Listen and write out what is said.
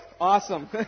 Awesome